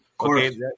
Okay